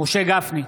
משה גפני,